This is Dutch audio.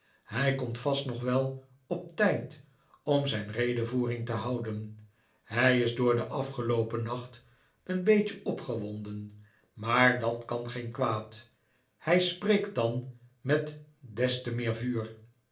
hij komt vast nog wel op tijd om zijn redevoering te houden hij is door den afgeloopen nacht een beetje opgewonden maar dat kan geen kwaad hij spreekt dan met des te meer vuur